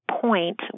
point